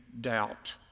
doubt